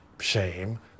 shame